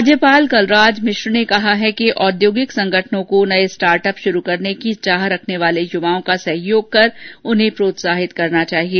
राज्यपाल कलराज मिश्र ने कहा है कि औद्योगिक संगठनों को नये स्टार्टअप शुरू करने की चाह रखने वाले युवाओं का सहयोग कर उन्हें प्रोत्साहित करना चाहिए